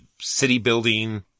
city-building